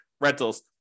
rentals